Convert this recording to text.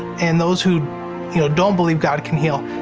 and those who you know don't believe god can heal,